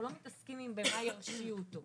אנחנו לא מתעסקים במה ירשיעו אותו.